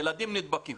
ילדים נדבקים.